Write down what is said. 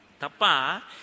Tapa